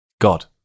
God